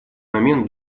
момент